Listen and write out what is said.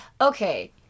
Okay